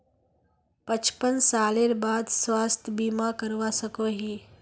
पचपन सालेर बाद स्वास्थ्य बीमा करवा सकोहो ही?